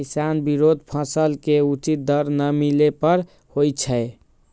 किसान विरोध फसल के उचित दर न मिले पर होई छै